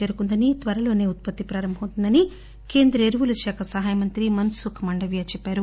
చేరుకుందని త్వరలో ఉత్పత్తి ప్రారంభమౌతుందని కేంద్ర ఎరువుల శాఖ సహాయ మంత్రి మస్ సుఖ్ మాండవ్య చెప్పారు